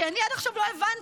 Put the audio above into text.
כי אני עד עכשיו לא הבנתי,